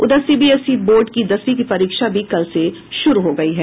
उधर CBSE board की दसवीं की परीक्षा भी कल से शुरू हो गयी है